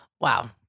Wow